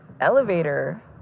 Elevator